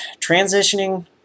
transitioning